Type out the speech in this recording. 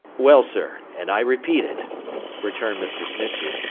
well, sir, and i repeat it returned mr. snitchey,